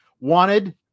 wanted